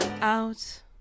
out